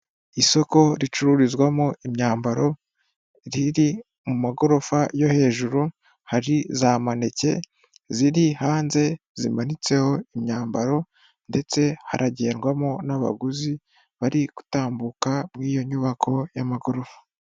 Isoko ricururizwamo imyambaro riri mu magorofa yo hejuru hari za maneke ziri hanze zimanitseho imyambaro ndetse haragendwamo n'abaguzi bari gutambuka muri iyo nyubako y'amagorofa.